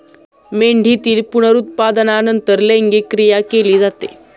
मेंढीतील पुनरुत्पादनानंतर लैंगिक क्रिया केली जाते